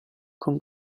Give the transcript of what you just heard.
con